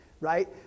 right